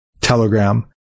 Telegram